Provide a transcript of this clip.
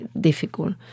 difficult